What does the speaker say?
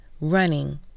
Running